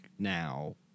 now